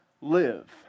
live